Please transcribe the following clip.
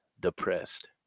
depressed